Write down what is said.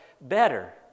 better